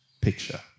picture